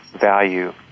value